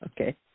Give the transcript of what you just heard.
Okay